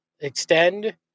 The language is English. Extend